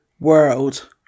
world